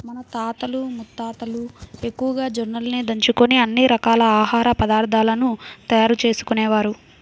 మన తాతలు ముత్తాతలు ఎక్కువగా జొన్నలనే దంచుకొని అన్ని రకాల ఆహార పదార్థాలను తయారు చేసుకునేవారు